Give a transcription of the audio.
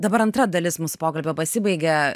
dabar antra dalis mūsų pokalbio pasibaigė